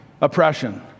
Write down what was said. oppression